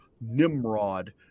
nimrod